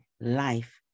Life